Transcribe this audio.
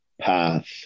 path